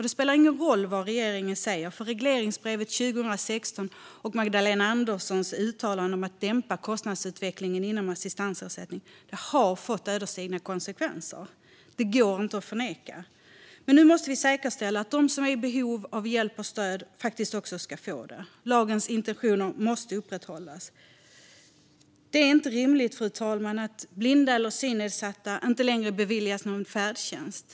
Det spelar ingen roll vad regeringen säger, för regleringsbrevet 2016 och Magdalena Anderssons uttalande om att dämpa kostnadsutvecklingen för assistansersättning har fått ödesdigra konsekvenser. Det går inte att förneka. Men nu måste vi säkerställa att de som är i behov av hjälp och stöd faktiskt får det. Lagens intentioner måste upprätthållas. Det är inte rimligt, fru talman, att blinda eller synnedsatta inte längre beviljas färdtjänst.